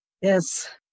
Yes